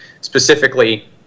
specifically